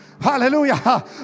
hallelujah